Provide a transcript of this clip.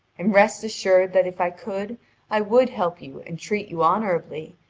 and rest assured that if i could i would help you and treat you honourably,